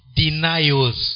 denials